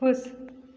खुश